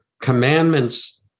commandments